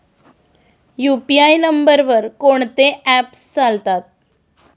UPI नंबरवर कोण कोणते ऍप्स चालतात?